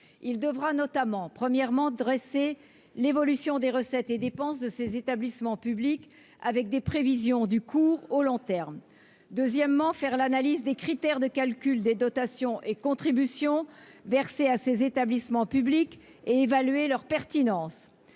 ce rapport devra dresser l'évolution des recettes et dépenses de ces établissements publics, avec des prévisions du court au long terme. Deuxièmement, il fera l'analyse des critères de calcul des dotations et des contributions versées à ces établissements publics et évaluera leur pertinence.